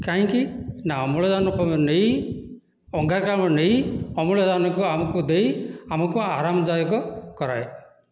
କାହିଁକି ନା ଅମ୍ଳଜାନକୁ ନେଇ ଅଙ୍ଗାରକାମ୍ଳ ନେଇ ଅମ୍ଳଜାନକୁ ଆମକୁ ଦେଇ ଆମକୁ ଆରାମ ଦାୟକ କରାଏ